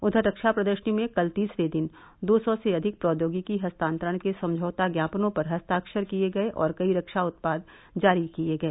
उधर रक्षा प्रदर्शनी में कल तीसरे दिन दो सौ से अधिक प्रौद्योगिकी हस्तांतरण के समझौता ज्ञापनों पर हस्ताक्षर किए गए और कई रक्षा उत्पाद जारी किए गए